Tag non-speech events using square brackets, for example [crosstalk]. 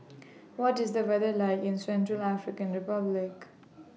[noise] What IS The weather like in Central African Republic